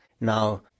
now